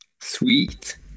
Sweet